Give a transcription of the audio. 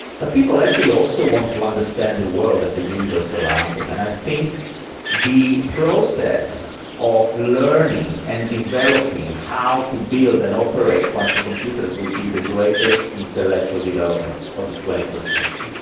but people actually also want to understand the world and the universe around them, and i think the process of learning and developing how to build and operate quantum computers would be the greatest intellectual development of the twenty first century.